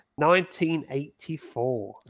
1984